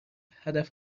هدف